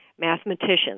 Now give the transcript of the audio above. mathematicians